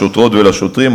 לשוטרות ולשוטרים,